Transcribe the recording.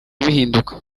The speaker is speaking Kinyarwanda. bihinduka